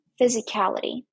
physicality